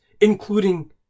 including